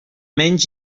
menys